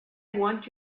want